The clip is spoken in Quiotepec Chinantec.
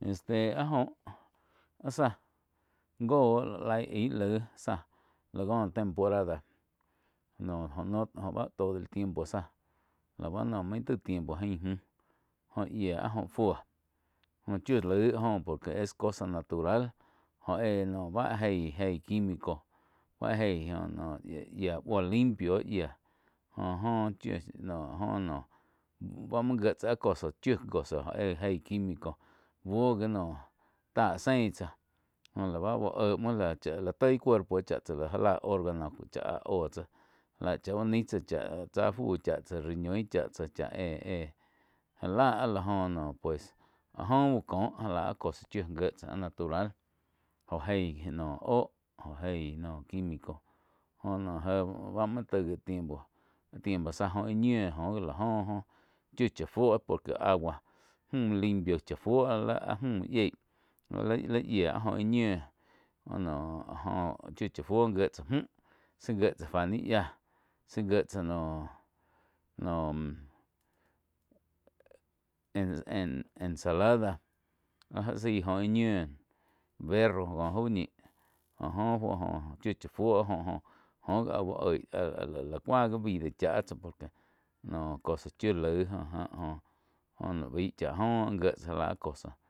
Este áh jóh áh záh goh laih aí laí záh láh có temporada noh gó báh todo el tiempo záh lába noh main taig tiempo ain müh jó yía áh joh fúo jóh chiu lai áh jóh por que es cosa natural óh éh noh bá eig-eig quimico báh eíh óh noh yía buo limpio yíah joh oh chiu no jo noh báh muo ngie tsá áh cosa chiu cosa óh éh eig quimico buo gi noh ta sein tsáh jó la bá úh éh muo gá chála toi cuerpo chá tsáh láh já lah órgano chá áh óh tsáh já lah chá uh naíh tsáh chá tsá fuh chá tsá riñoi cha tsáh chá éh-éh já lá áh la joh joh no pues áh joh úh kó já láh áh cosa chíu jíe tsá áh natural jóh eig noh óh jóh eig noh quimico óh no éh bá muo taig gi tiempo, tiempo záh jó ih ñiu joh ji la oh joh chiu cha fuó por que agua müh limpio chá fuo áh la áh müh yieh li-li yiáh áh joh íh ñiu joh noh, joh chiu chá fuo gié tzá mju sí gie tsá fá ni yia sí gié tsá noh-noh. En ensalada áh zaig oh íh ñiu berro koh jau ñi jo-jo fuo chiu cha fuo jóh-jóh, joh gi áh uh oig áh la cuáh gi vida chá tsá por que noh cosa chiu laig áh ja oh baig cháh joh gie tsá já lá ah cosa.